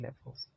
levels